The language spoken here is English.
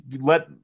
let